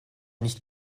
nicht